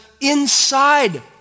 inside